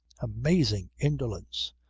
amazing indolence!